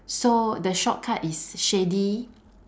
so the shortcut is shady